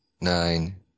nine